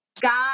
God